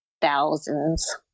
thousands